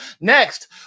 Next